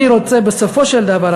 בסופו של דבר,